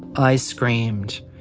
i screamed,